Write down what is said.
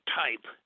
type